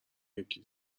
یکی